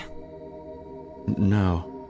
No